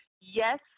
Yes